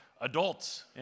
adults